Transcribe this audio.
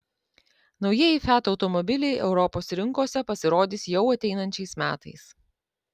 naujieji fiat automobiliai europos rinkose pasirodys jau ateinančiais metais